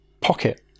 Pocket